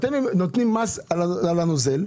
אתם מטילים מס על הנוזל,